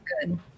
good